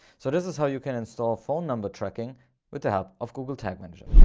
so this is how you can install phone number tracking with the help of google tag manager.